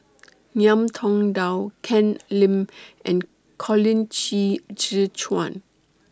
Ngiam Tong Dow Ken Lim and Colin Qi Zhe Quan